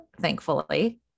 thankfully